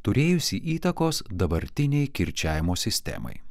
turėjusį įtakos dabartinei kirčiavimo sistemai